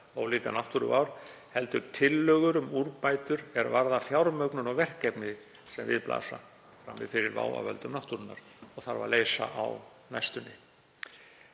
ólíkrar náttúruvár, heldur tillögur um úrbætur er varða fjármögnun og verkefni sem við blasa frammi fyrir vá af völdum náttúrunnar og leysa þarf á næstunni.